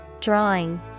Drawing